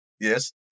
Yes